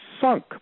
sunk